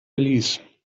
belize